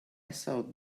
thought